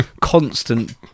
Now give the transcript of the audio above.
constant